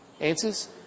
answers